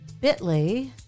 bit.ly